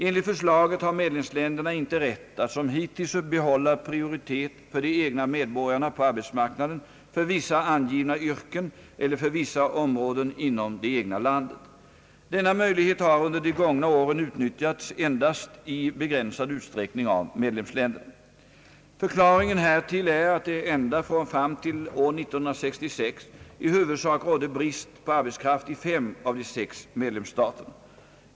Enligt förslaget har medlemsländerna inte rätt att som hittills behålla prioritet för de egna medborgarna på arbetsmarknaden för vissa angivna yrken eller för vissa områden inom det egna landet. Denna möjlighet har under de gångna åren utnyttjats endast i begränsad utsträckning av medlemsländerna. Förklaringen härtill är att det ända fram till år 1966 i huvudsak rådde brist på arbetskraft i fem av de sex medlemsstaterna.